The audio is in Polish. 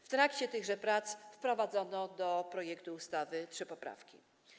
W trakcie tychże prac wprowadzono do projektu ustawy trzy poprawki.